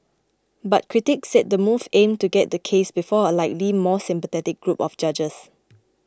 but critics said the move aimed to get the case before a likely more sympathetic group of judges